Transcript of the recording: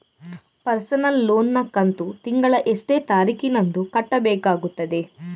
Personal loan ನ ಕಂತು ತಿಂಗಳ ಎಷ್ಟೇ ತಾರೀಕಿನಂದು ಕಟ್ಟಬೇಕಾಗುತ್ತದೆ?